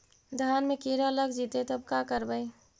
धान मे किड़ा लग जितै तब का करबइ?